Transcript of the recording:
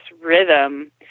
rhythm